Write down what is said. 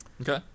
okay